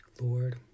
Lord